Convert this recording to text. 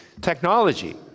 technology